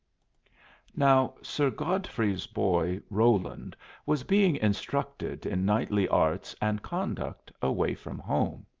now sir godfrey's boy roland was being instructed in knightly arts and conduct away from home.